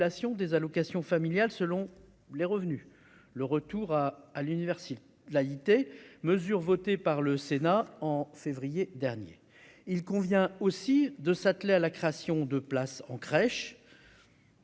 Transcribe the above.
des allocations familiales, selon les revenus, le retour à à l'université, la IT mesure votée par le Sénat en février dernier, il convient aussi de s'atteler à la création de places en crèche.